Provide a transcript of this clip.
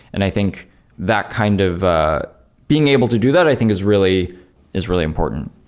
and i think that kind of ah being able to do that, i think is really is really important,